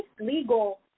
legal